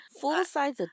Full-size